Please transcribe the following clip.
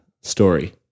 story